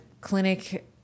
clinic